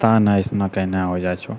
पता नहि अइसन कोना हो जाइ छौ